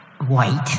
white